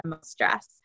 stress